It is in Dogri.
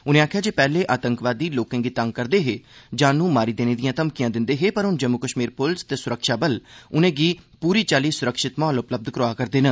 उनें आक्खेआ जे पैह्ले आतंकवादी लोकें गी तंग करदे हे जानू मारी देने दी घमकियां दिंदे हे पर हुन जम्मू कश्मीर पुलस ते सुरक्षा बल उनेंगी पूरी चाल्ली सुरक्षत माहोल उपलब्ध करा करदे न